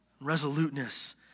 resoluteness